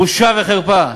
בושה וחרפה.